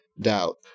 doubt